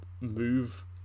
move